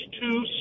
two